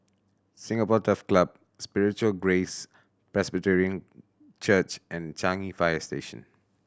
Singapore Turf Club Spiritual Grace Presbyterian Church and Changi Fire Station